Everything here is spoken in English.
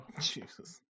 Jesus